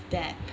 there